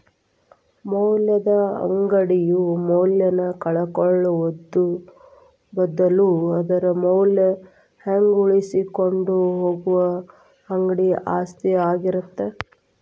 ಮೌಲ್ಯದ ಅಂಗಡಿಯು ಮೌಲ್ಯನ ಕಳ್ಕೊಳ್ಳೋ ಬದ್ಲು ಅದರ ಮೌಲ್ಯನ ಹಂಗ ಉಳಿಸಿಕೊಂಡ ಹೋಗುದ ಅಂಗಡಿ ಆಸ್ತಿ ಆಗಿರತ್ತ